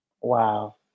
Wow